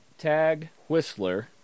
Tagwhistler